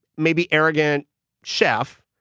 maybe arrogant chef,